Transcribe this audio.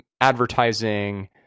Advertising